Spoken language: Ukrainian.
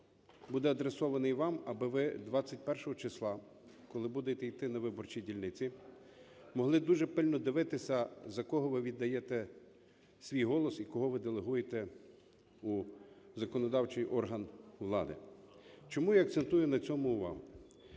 буде адресований вам, аби ви 21 числа, коли будете йти на виборчі дільниці, могли дуже пильно дивитися, за кого ви віддаєте свій голос і кого ви делегуєте у законодавчий орган влади. Чому я акцентую на цьому увагу?